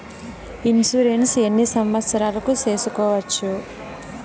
Insurance ఎన్ని సంవత్సరాలకు సేసుకోవచ్చు?